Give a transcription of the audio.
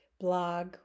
blog